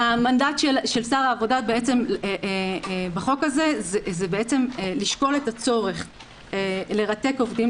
המנדט של שר העבודה בחוק הזה הוא לשקול את הצורך לרתק עובדים,